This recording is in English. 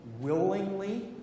willingly